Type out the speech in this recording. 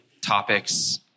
topics